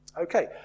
Okay